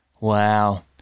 Wow